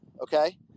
Okay